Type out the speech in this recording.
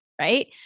right